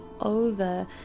over